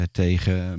tegen